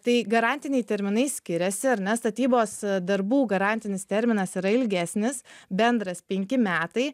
tai garantiniai terminai skiriasi ar ne statybos darbų garantinis terminas yra ilgesnis bendras penki metai